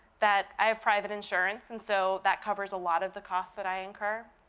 that i have private insurance and so that covers a lot of the cost that i incur.